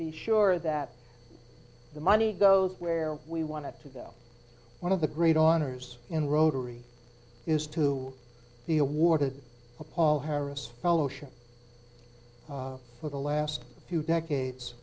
be sure that the money goes where we want to go one of the great honors in rotary is to be awarded a paul harris fellowship for the last few decades